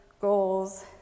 goals